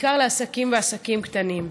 בעיקר לעסקים ועסקים קטנים.